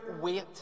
wait